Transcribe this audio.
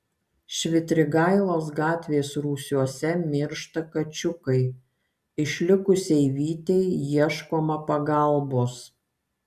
švitrigailos gatvės rūsiuose miršta kačiukai išlikusiai vytei ieškoma pagalbos